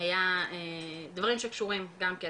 היה דברים שקשורים גם כן